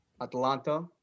Atlanta